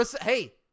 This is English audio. Hey